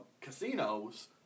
casinos